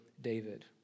David